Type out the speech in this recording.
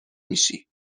میشی